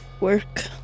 work